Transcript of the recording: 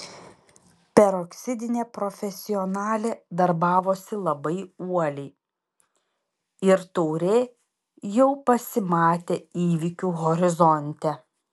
peroksidinė profesionalė darbavosi labai uoliai ir taurė jau pasimatė įvykių horizonte